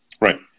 Right